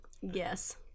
Yes